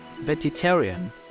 vegetarian